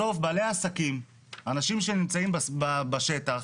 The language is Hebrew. בסוף, בעלי העסקים, האנשים שנמצאים בשטח